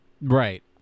Right